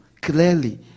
clearly